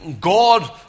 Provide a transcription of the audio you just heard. God